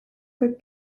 could